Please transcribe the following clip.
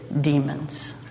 demons